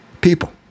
people